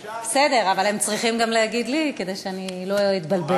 בסדר, אבל צריכים גם להגיד לי, כדי שלא אתבלבל.